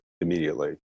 immediately